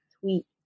tweet